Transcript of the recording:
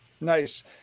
Nice